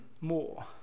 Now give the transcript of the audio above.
more